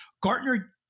Gartner